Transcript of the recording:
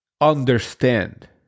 understand